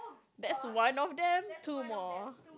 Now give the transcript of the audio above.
that's one of them two more